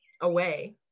away